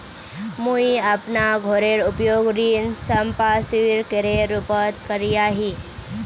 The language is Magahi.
मुई अपना घोरेर उपयोग ऋण संपार्श्विकेर रुपोत करिया ही